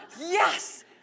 Yes